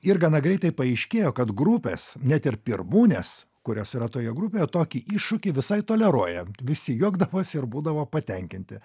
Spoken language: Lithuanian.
ir gana greitai paaiškėjo kad grupės net ir pirmūnės kurios yra toje grupėje tokį iššūkį visai toleruoja visi juokdavosi ir būdavo patenkinti